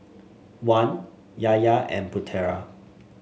Wan Yahya and Putera